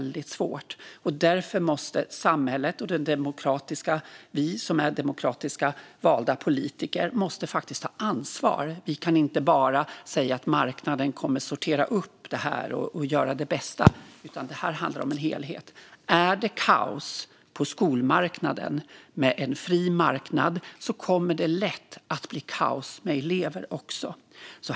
Därför måste samhället och vi som är demokratiskt valda politiker faktiskt ta ansvar. Vi kan inte bara säga att marknaden kommer att sortera upp detta och göra det bästa, utan det handlar om en helhet. Är det kaos på skolmarknaden med en fri marknad kommer det lätt att bli kaos med elever också.